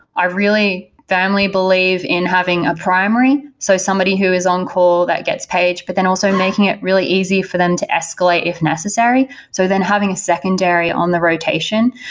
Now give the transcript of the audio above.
i really firmly believe in having a primary. so somebody who is on-call that gets paged, but then also making it really easy for them to escalate if necessary. so then having a secondary on the rotation,